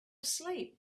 asleep